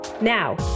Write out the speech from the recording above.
Now